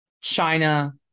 China